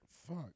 Fuck